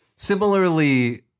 Similarly